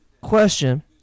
question